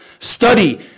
Study